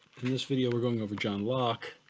in this video we're going over john locke,